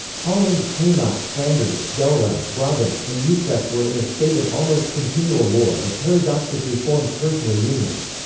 holland, hainaut, flanders, gelre, ah brabant, and utrecht were in a state of almost continual war or paradoxically formed personal unions.